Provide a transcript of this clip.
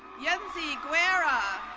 yensi guerra.